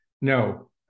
no